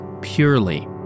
purely